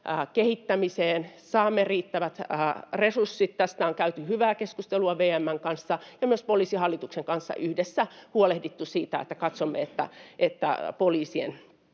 ict-kehittämiseen. Tästä on käyty hyvää keskustelua VM:n kanssa, ja myös Poliisihallituksen kanssa on yhdessä huolehdittu siitä, että katsomme, että poliisien